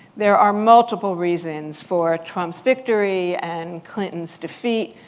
there are multiple reasons for trump's victory and clinton's defeat,